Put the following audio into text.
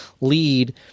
lead